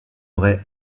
aurait